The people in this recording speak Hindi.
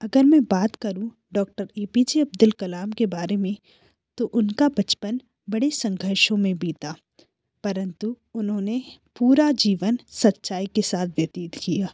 अगर मैं बात करूँ doctor A P J Abdul Kalam के बारे में तो उनका बचपन बड़े संघर्षों में बीता परंतु उन्होंने पूरा जीवन सच्चाई के साथ व्यतीत किया